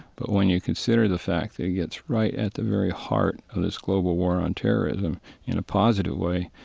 but when you consider the fact it gets right at the very heart of this global war on terrorism in a positive way,